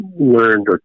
learned